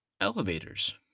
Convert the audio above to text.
elevators